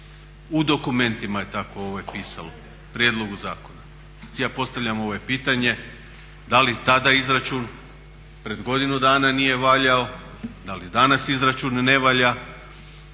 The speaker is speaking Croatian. u dokumentima je tako pisalo, prijedlogu zakona. Sad ja postavljam pitanje da li tada izračun pred godinu dana nije valjao, da li danas izračun ne valja